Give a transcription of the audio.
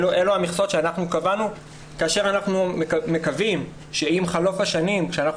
אלו המכסות שאנחנו קבענו כאשר אנחנו מקווים שעם חלוף השנים כשאנחנו